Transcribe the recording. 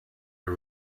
her